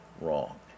wrong